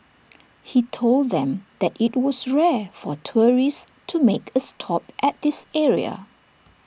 he told them that IT was rare for tourists to make A stop at this area